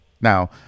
now